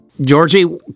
Georgie